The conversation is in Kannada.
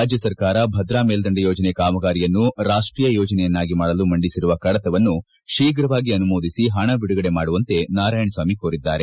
ರಾಜ್ಯ ಸರ್ಕಾರ ಭದ್ರಾ ಮೇಲ್ದಂಡೆ ಯೋಜನೆ ಕಾಮಗಾರಿಯನ್ನು ರಾಷ್ಟೀಯ ಯೋಜನೆಯನ್ನಾಗಿ ಮಾಡಲು ಮಂಡಿಸಿರುವ ಕಡತವನ್ನು ಶೀಘ್ರವಾಗಿ ಅನುಮೋದಿಸಿ ಹಣ ಬಿಡುಗಡೆ ಮಾಡುವಂತೆ ನಾರಾಯಣಸ್ವಾಮಿ ಕೋರಿದ್ದಾರೆ